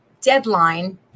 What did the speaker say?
deadline